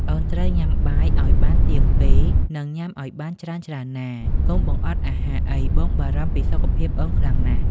អូនត្រូវញ៉ាំបាយឱ្យបានទៀងពេល និងញ៉ាំឱ្យបានច្រើនៗណា កុំបង្អត់អាហារអី បងបារម្ភពីសុខភាពអូនខ្លាំងណាស់។